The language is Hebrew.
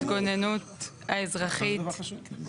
אנחנו מדברים,